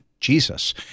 Jesus